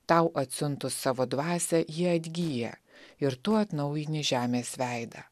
tau atsiuntus savo dvasią ji atgyja ir tu atnaujini žemės veidą